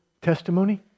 testimony